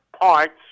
parts